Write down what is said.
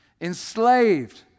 Enslaved